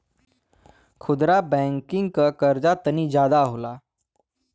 खुदरा बैंकिंग के कर्जा तनी जादा होला